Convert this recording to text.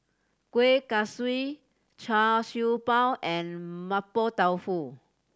Kuih Kaswi Char Siew Bao and Mapo Tofu